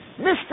Mr